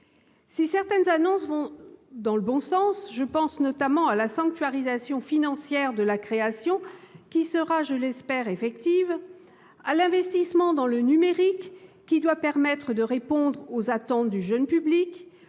Si certaines annonces vont dans le bon sens- je pense notamment à la sanctuarisation financière de la création, qui sera, je l'espère, effective, à l'investissement dans le numérique, qui doit permettre de répondre aux attentes du jeune public,